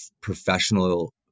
professional